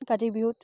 কাতি বিহুত